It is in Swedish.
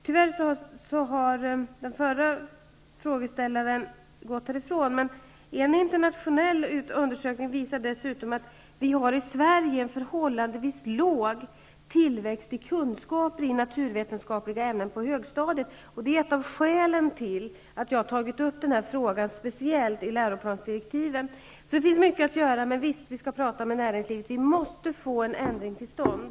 Tyvärr har den förre frågeställaren gått härifrån. En internationell undersökning visar dessutom att vi i Sverige har en förhållandevis låg tillväxt i kunskaper i naturvetenskapliga ämnen på högstadiet, och det är ett av skälen till att jag har tagit upp den här frågan speciellt i läroplansdirektiven. Det finns alltså mycket att göra. Vi skall prata med näringslivet. Vi måste få en ändring till stånd.